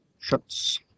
shuts